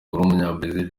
w’umunyabrazil